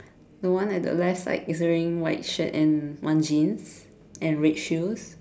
the one at the left side is wearing white shirt and one jeans and red shoes